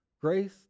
Grace